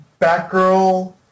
Batgirl